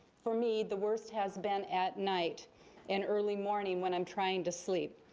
for me, the worst has been at night and early morning when i'm trying to sleep.